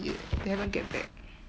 yet they haven't get back